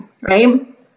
right